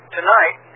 Tonight